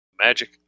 magic